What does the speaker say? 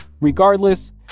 Regardless